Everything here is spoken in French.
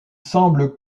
semble